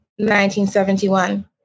1971